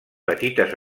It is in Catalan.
petites